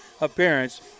appearance